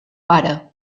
pare